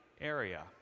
area